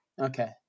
Okay